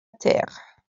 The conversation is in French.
terre